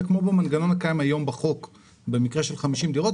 זה כמו במנגנון הקיים היום בחוק במקרה של 50 דירות.